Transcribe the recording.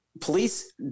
police